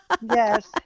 Yes